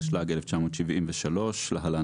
התשל"ג-1973 (להלן,